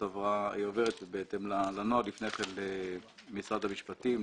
עוברת בהתאם לנוהל לפני כן למשרד המשפטים,